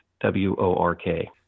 W-O-R-K